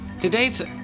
today's